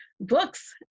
books